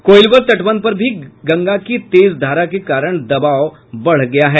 कोइलवर तटबंध पर भी गंगा की तेज धारा के कारण दबाव बढ़ गया है